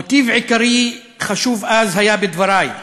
מוטיב עיקרי חשוב היה אז בדברי,